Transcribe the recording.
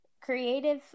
creative